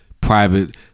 Private